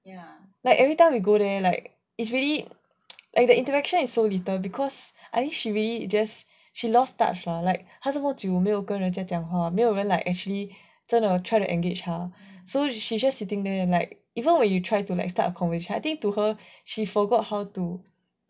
ya like every time we go there like it's really like the interaction is so little because I think she really just she lost touch lah like how 他这么久没有跟人家讲话没有人 like actually 真的 try to engage her so she just sitting there and like even when you try to start a conversation I think to her she forgot how to